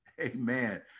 Amen